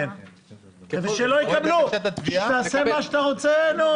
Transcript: שלא יקבלו, תעשה מה שאתה רוצה.